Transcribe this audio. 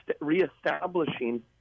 reestablishing